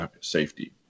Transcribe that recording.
safety